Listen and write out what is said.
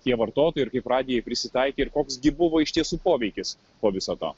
tie vartotojai ir kaip radijai prisitaikė ir koks gi buvo iš tiesų poveikis po viso to